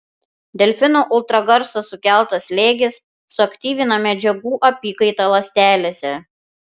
delfinų ultragarso sukeltas slėgis suaktyvina medžiagų apykaitą ląstelėse